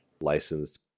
licensed